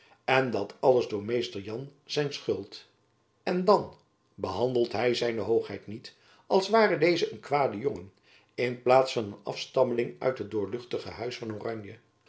en dat alles door mr jan zijn schuld en dan behandelt hy zijn hoogheid niet als ware deze een kwade jacob van lennep elizabeth musch jongen in plaats van een afstammeling uit het doorluchtige huis van oranje